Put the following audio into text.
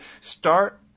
Start